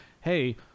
hey